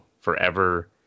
forever